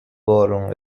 بارون